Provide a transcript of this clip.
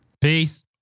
peace